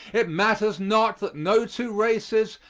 it matters not that no two races,